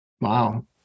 wow